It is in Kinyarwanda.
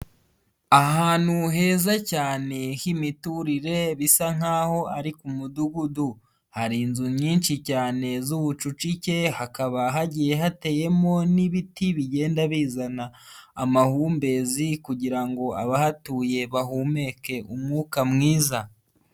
Ahantu heza cyane himiturire bisa nkaho ari ku mudugudu. Hari inzu nyinshi cyane zubucucike hakaba hagiye hateyemo n'ibiti bigenda bizana amahumbezi kugira ngo abahatuye bahumeke umwuka mwiza.